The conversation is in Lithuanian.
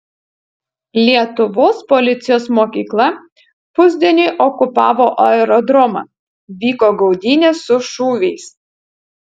lietuvos policijos mokykla pusdieniui okupavo aerodromą vyko gaudynės su šūviais